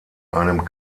einem